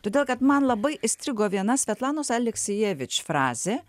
todėl kad man labai įstrigo viena svetlanos aleksijevič frazė